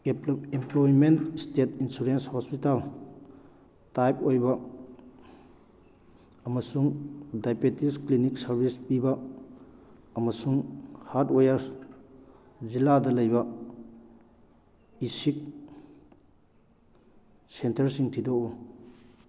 employment state insurance hospital type ꯑꯣꯏꯕ ꯑꯃꯁꯨꯡ diabetes clinic service ꯄꯤꯕ ꯑꯃꯁꯨꯡ ꯍꯥꯔꯠꯋꯦꯌꯥꯔ ꯖꯤꯂꯥꯗ ꯂꯩꯕ ꯏꯁꯤꯛ ꯁꯦꯟꯇꯔꯁꯤꯡ ꯊꯤꯗꯣꯛꯎ